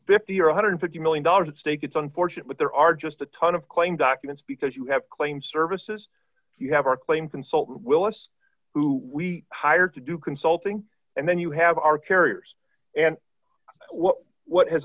fifty or one one hundred and fifty million dollars at stake it's unfortunate that there are just a ton of claim documents because you have claimed services if you have a claim consult willis who we hired to do consulting and then you have our carriers and what ha